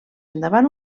endavant